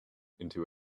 into